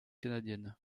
canadienne